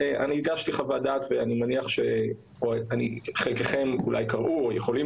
אני הגשתי חוות דעת וחלקכם אולי קראו או יכולים